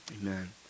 Amen